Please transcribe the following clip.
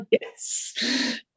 yes